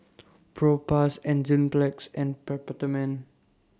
Propass Enzyplex and Peptamen